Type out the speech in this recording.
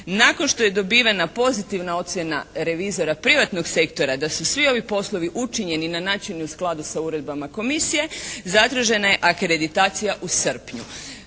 Nakon što je dobivena pozitivna ocjena revizora privatnog sektora da su svi ovi poslovi učinjeni na način i u skladu sa uredbama komisije zatražena je akreditacija u srpnju